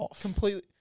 completely